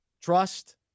trust